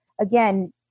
again